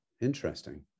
Interesting